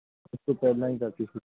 ਇਸ ਤੋਂ ਪਹਿਲਾਂ ਹੀ